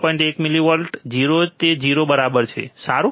1 millivolt 0 તે 0 બરાબર છે સારું